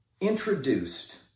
introduced